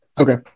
okay